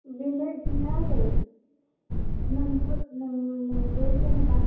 बिनो खिन्था आरो नोंबो जेनेबा